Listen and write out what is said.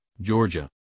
georgia